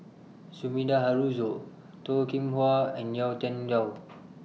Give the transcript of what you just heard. Sumida Haruzo Toh Kim Hwa and Yau Tian Yau